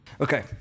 okay